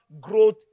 growth